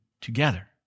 together